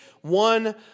one